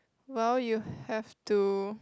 well you have to